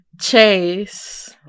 Chase